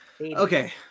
Okay